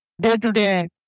day-to-day